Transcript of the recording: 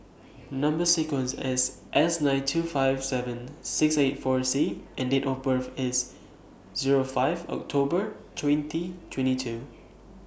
Number sequence IS S nine two five seven six eight four C and Date of birth IS Zero five October twenty twenty two